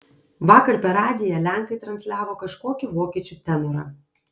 vakar per radiją lenkai transliavo kažkokį vokiečių tenorą